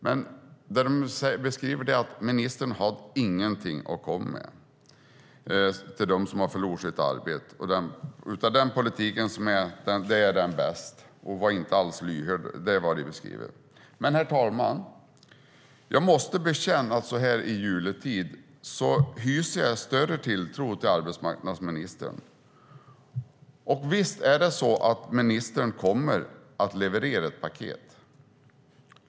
De beskrev att ministern inte hade någonting att komma med till dem som förlorat sitt arbete, utan den här politiken var den bästa. Hon var inte alls lyhörd. Det är vad de beskriver. Men, herr talman, jag måste bekänna att jag, så här i juletid, hyser större tilltro till arbetsmarknadsministern. Visst är det så att ministern kommer att leverera ett paket.